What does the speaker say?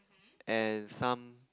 and some